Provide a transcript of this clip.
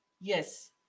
Yes